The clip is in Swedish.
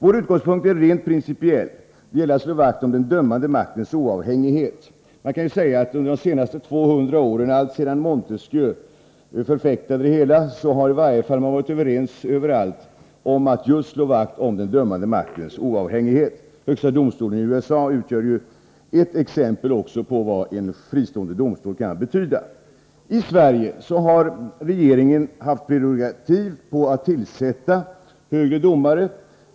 Vår utgångspunkt är rent principiell. Det gäller att slå vakt om den dömande maktens oavhängighet. Man kan säga att man under de senaste 200 åren, alltsedan Montesquieu, har varit överens om att slå vakt om den dömande maktens oavhängighet. Högsta domstolen i USA utgör ett exempel på vad en fristående domstol kan betyda. I Sverige har regeringen haft prerogativ på att tillsätta högre domare.